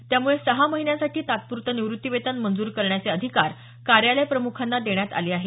त्यामुळे सहा महिन्यांसाठी तात्प्रतं निवृत्तिवेतन मंजूर करण्याचे अधिकार कार्यालय प्रमुखांना देण्यात आले आहेत